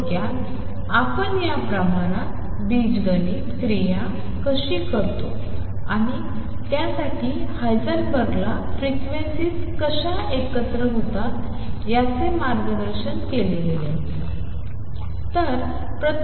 थोडक्यात आपण या प्रमाणात बीजगणित क्रिया कशी करतो आणि त्यासाठी हायसेनबर्गला फ्रिक्वेन्सीज कशा एकत्र होतात याचे मार्गदर्शन केले गेले